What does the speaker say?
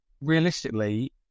realistically